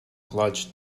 clutch